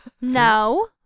No